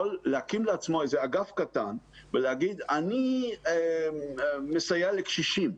להקים לעצמו איזה אגף קטן ולהגיד שהוא מסייע לקשישים,